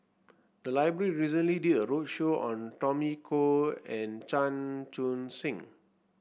the library recently did a roadshow on Tommy Koh and Chan Chun Sing